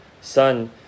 Son